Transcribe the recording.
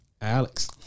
Alex